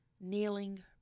kneeling